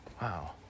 Wow